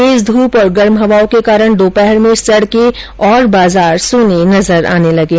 तेज धूप और गर्म हवाओं के कारण दोपहर में सड़कें और बाजार सूने नजर आने लगे हैं